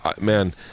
Man